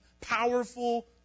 powerful